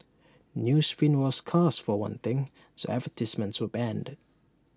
newsprint was scarce for one thing so advertisements were banned